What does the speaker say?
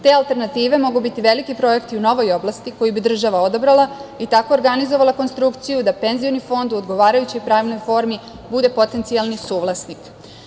Te alternative mogu biti veliki projekti u novoj oblasti koju bi država odabrala i tako organizovala konstrukciju da penzioni fond u odgovarajućoj pravnoj formi bude potencijalni suvlasnik.